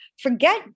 Forget